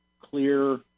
clear